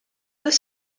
deux